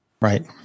Right